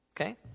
Okay